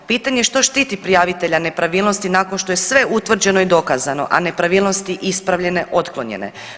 Pitanje što štiti prijavitelja nepravilnosti nakon što je sve utvrđeno i dokazano, a nepravilnosti ispravljene, otklonjene.